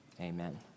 Amen